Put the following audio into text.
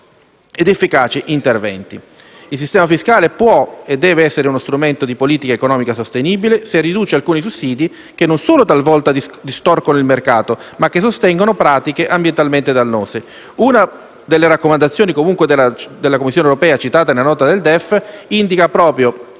ed efficaci interventi. Il sistema fiscale può e deve essere strumento di una politica economica sostenibile, se riduce alcuni sussidi che non solo talvolta distorcono il mercato, ma sostengono pratiche ambientalmente dannose. Una delle raccomandazioni della Commissione europea, citata nella Nota del DEF, indica proprio